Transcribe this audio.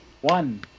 One